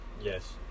Yes